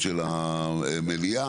יוראי,